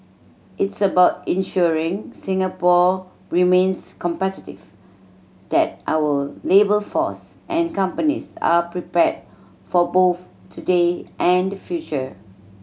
it's about ensuring Singapore remains competitive that our labour force and companies are prepared for both today and the future